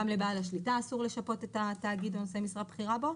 גם לבעל השליטה אסור לשפות את התאגיד ונושא הבכירה בו.